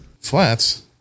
Flats